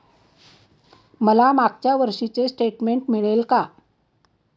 मला मागच्या वर्षीचे स्टेटमेंट मिळेल का?